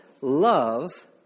love